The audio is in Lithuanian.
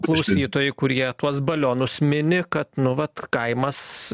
klausytojai kurie tuos balionus mini kad nu vat kaimas